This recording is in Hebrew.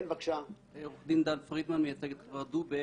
אני מייצג את חברת "דובק".